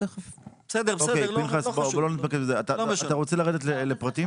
אתה רוצה לרדת לפרטים?